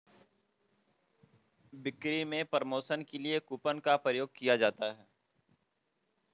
बिक्री में प्रमोशन के लिए कूपन का प्रयोग किया जाता है